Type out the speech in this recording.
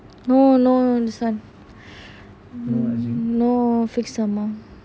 no no this [one] no fixed amount